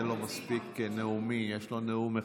אין לו מספיק נאומים, יש לו נאום אחד.